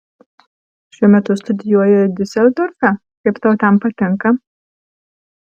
šiuo metu studijuoji diuseldorfe kaip tau ten patinka